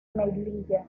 melilla